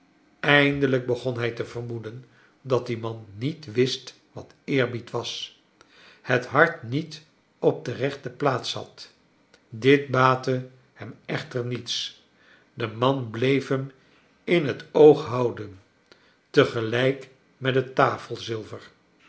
eindelijk begon hij te vermoeden dat die man niet wist wat eerbied was het hart niet op de rechte plaats had dit baatte hem echter niets de man bleef hem in het oog houden te gelijk met het tafelzilver